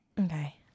Okay